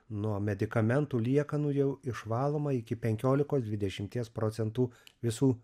nuo medikamentų liekanų jau išvaloma iki penkiolikos dvidešimties procentų visų